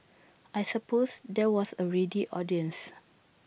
I suppose there was A ready audience